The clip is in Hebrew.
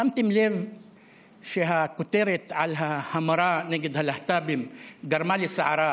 שמתם לב שהכותרת על ההמרה נגד הלהט"בים גרמה לסערה,